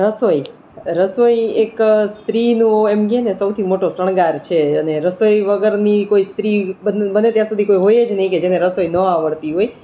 રસોઈ રસોઈ એક સ્ત્રીનું એમ કહેને કે સૌથી મોટો શણગાર છે અને રસોઈ વગરની કોઈ સ્ત્રી બને ત્યાં સુધી કોઈ હોય જ નહીં કે જેને રસોઈ ના આવડતી હોય